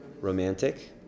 Romantic